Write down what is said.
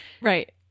Right